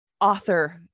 author